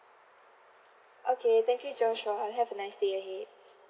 okay thank you joshua have a nice day ahead